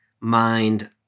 mind